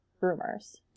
rumors